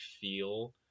feel